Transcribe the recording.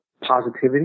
positivity